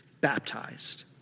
baptized